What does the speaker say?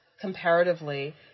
comparatively